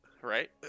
Right